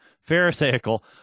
Pharisaical